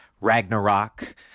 Ragnarok